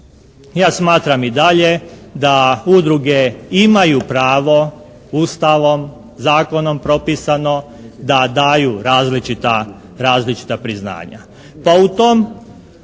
ja smatram i dalje da udruge imaju pravo Ustavom, zakonom propisano da daju različita priznanja.